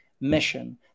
mission